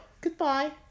Goodbye